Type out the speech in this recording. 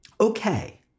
okay